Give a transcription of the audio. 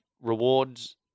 rewards